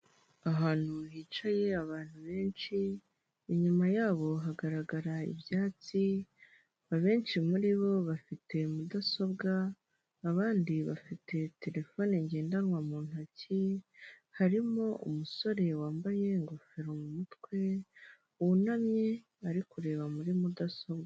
Ahantu hicaye abantu benshi, inyuma yabo hagaragara ibyatsi, abenshi muri bo bafite mudasobwa, abandi bafite telefone ngendanwa mu ntoki, harimo umusore wambaye ingofero mu mutwe wunamye ari kureba muri mudasobwa.